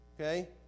Okay